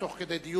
תוך כדי דיון,